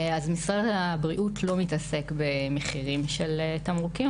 משרד הבריאות לא מתעסק במחירים של תמרוקים,